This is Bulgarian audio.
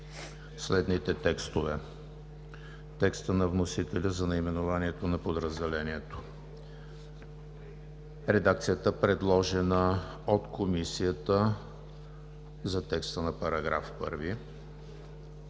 следните текстове: текст на вносителя за наименованието на подразделението; редакцията, предложена от Комисията за текста на § 1;